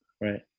Right